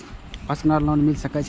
Personal loan मिल सके छे?